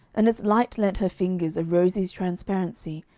and its light lent her fingers a rosy transparency,